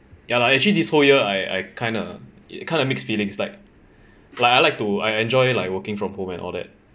ya lah actually this whole year I I kinda kinda mixed feelings it's like like I like to I enjoy like working from home and all that